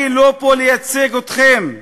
אני פה לא לייצג אתכם,